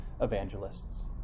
evangelists